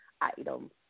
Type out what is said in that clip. item